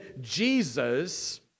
Jesus